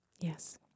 Yes